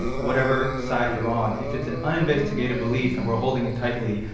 whatever side you're on if it's an uninvestigated belief and we're holding it tightly,